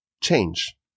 change